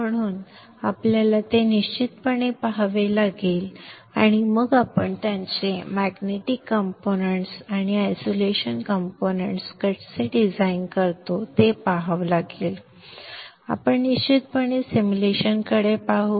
म्हणून आपल्याला ते निश्चितपणे पहावे लागेल आणि मग आपण त्याचे magnetic components it's magnetic components आणि आयसोलेशन कंपोनेंट्स कसे डिझाइन करतो ते पहावे लागेल आपण निश्चितपणे सिम्युलेशनकडे पाहू